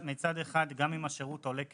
מצד אחד, גם אם השירות עולה כסף,